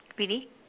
really